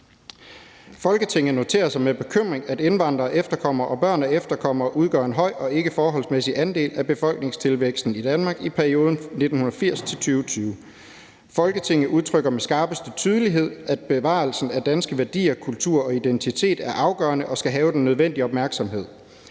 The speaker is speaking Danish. »Folketinget noterer sig med bekymring, at indvandrere, efterkommere og børn af efterkommere udgør en høj og ikke forholdsmæssig andel af befolkningstilvæksten i Danmark i perioden 1980 til 2020. Folketinget udtrykker med skarpeste tydelighed, at bevarelsen af danske værdier, kultur og identitet er afgørende og skal have den nødvendige opmærksomhed.